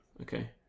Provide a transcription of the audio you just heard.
Okay